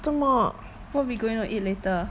what we going to eat later